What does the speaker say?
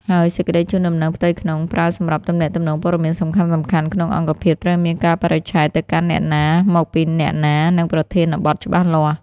ហើយ សេចក្តីជូនដំណឹងផ្ទៃក្នុង ប្រើសម្រាប់ទំនាក់ទំនងព័ត៌មានសំខាន់ៗក្នុងអង្គភាព ត្រូវមានកាលបរិច្ឆេទ ទៅកាន់អ្នកណា មកពីអ្នកណា និងប្រធានបទច្បាស់លាស់។